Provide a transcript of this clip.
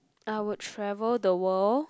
I would travel the world